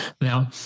Now